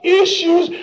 issues